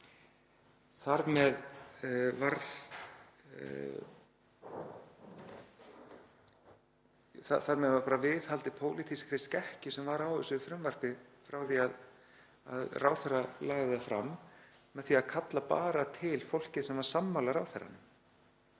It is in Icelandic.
Þar með var viðhaldið pólitískri skekkju sem var á þessu frumvarpi frá því ráðherra lagði það fram með því að kalla bara til fólkið sem var sammála ráðherranum